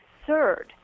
absurd